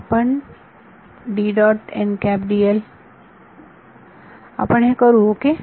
आपण आपण हे करू ओके